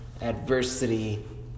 adversity